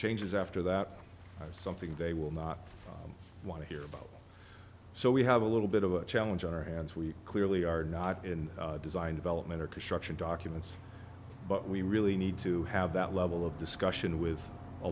changes after that something they will not want to hear about so we have a little bit of a challenge on our hands we clearly are not in design development or construction documents but we really need to have that level of discussion with a